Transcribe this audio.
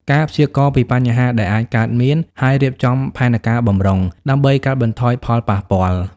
ការព្យាករណ៍ពីបញ្ហាដែលអាចកើតមាន ហើយរៀបចំផែនការបម្រុង ដើម្បីកាត់បន្ថយផលប៉ះពាល់។